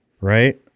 right